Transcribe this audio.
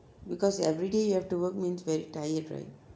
because everyday you have to work means very tired right